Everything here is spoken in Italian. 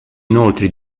inoltre